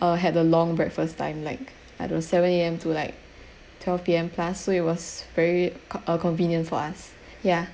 uh had a long breakfast time like at seven A_M to like twelve P_M plus so it was very uh convenient for us ya